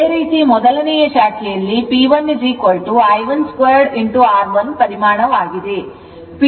ಅದೇ ರೀತಿ ಮೊದಲನೆಯ ಶಾಖೆಯಲ್ಲಿ P1I12 R1 ಪರಿಮಾಣವಾಗಿದೆ